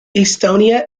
estonia